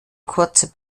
kurze